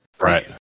Right